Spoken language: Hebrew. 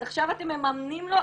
אז עכשיו אתם מממנים לו,